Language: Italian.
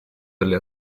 delle